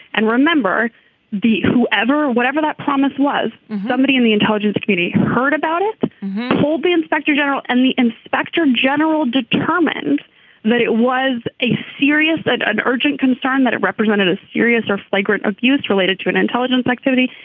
and remember the whoever whatever that promise was somebody in the intelligence community heard about it told the inspector general and the inspector general determined that it was a serious that an urgent concern that it represented a serious or flagrant abuse related to an intelligence activity.